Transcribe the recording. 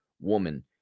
woman